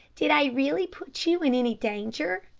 did i really put you in any danger?